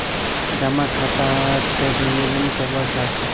जमा खाता त निवेदन करवा चाहीस?